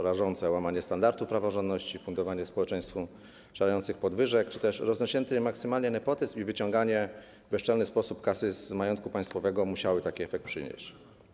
Rażące łamanie standardów praworządności, fundowanie społeczeństwu szalejących podwyżek czy też maksymalnie rozrośnięty nepotyzm i wyciąganie w bezczelny sposób kasy z majątku państwowego musiały taki efekt przynieść.